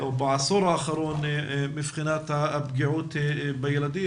בנושא היפגעות ילדים.